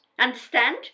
Understand